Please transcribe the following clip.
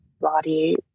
body